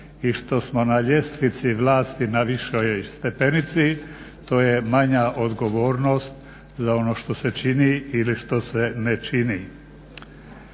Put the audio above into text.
i što smo na ljestvici vlasti na višoj stepenici to je manja odgovornost za ono što se čini ili što se ne čini.